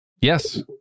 Yes